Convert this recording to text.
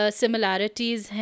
similarities